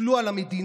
הוטלו על המדינה,